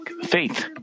faith